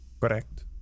Correct